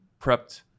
prepped